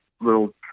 little